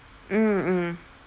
mm mm